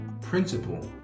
principle